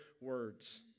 words